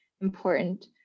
important